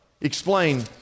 explain